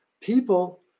people